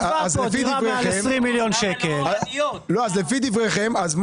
אז לפי דבריכם,